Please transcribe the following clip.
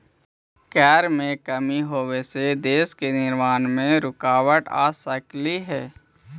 कर में कमी होबे से देश के निर्माण में रुकाबत आ सकलई हे